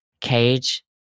Cage